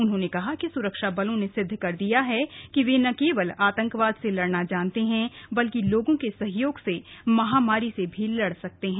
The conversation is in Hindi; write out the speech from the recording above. उन्होंने कहा कि सुरक्षाबलों ने सिद्व कर दिया है कि वे न केवल आतंकवाद से लड़ना जानते हैं बल्कि लोगों के सहयोग से महामारी से भी लड़ सकते हैं